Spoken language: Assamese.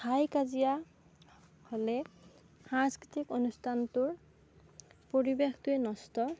হাই কাজিয়া হ'লে সাংস্কৃতিক অনুষ্ঠানটোৰ পৰিৱেশটোৱেই নষ্ট